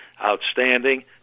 outstanding